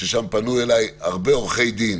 פנו אליי הרבה עורכי דין